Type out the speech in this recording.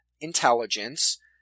intelligence